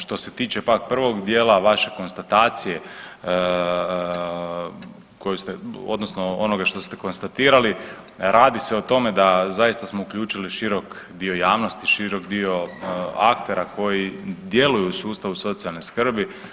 Što se tiče pak prvog dijela vaše konstatacije, odnosno onoga što ste konstatirali radi se o tome da zaista smo uključili širok dio javnosti, širok dio aktera koji djeluju u sustavu socijalne skrbi.